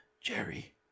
jerry